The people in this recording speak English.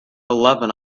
eleven